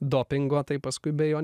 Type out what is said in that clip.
dopingo tai paskui be jo